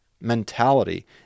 mentality